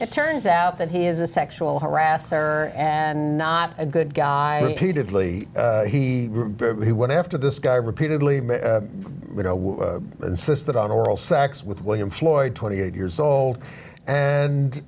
it turns out that he is a sexual harasser and not a good guy he did lee he he went after this guy repeatedly insisted on oral sex with william floyd twenty eight years old and